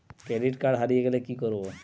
Credit card হারিয়ে গেলে কি করব?